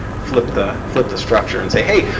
flip the flip the structure and say, hey,